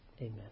Amen